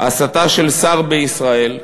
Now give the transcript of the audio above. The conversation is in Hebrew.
הסתה של שר בישראל,